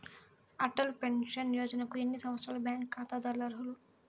Atal pension యోజనకు ఎన్ని సంవత్సరాల బ్యాంక్ ఖాతాదారులు అర్హులు?